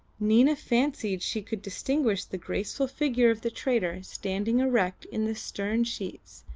nina fancied she could distinguish the graceful figure of the trader standing erect in the stern sheets,